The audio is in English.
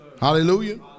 Hallelujah